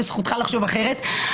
וזכותך לחשוב אחרת,